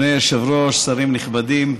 אדוני היושב-ראש, שרים נכבדים,